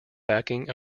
backing